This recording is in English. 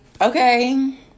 Okay